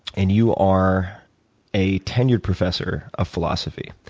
and you are a tenured professor of philosophy.